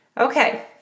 Okay